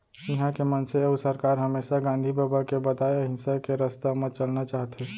इहॉं के मनसे अउ सरकार हमेसा गांधी बबा के बताए अहिंसा के रस्ता म चलना चाहथें